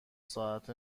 ساعت